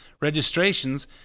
registrations